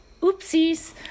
Oopsies